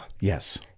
Yes